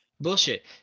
Bullshit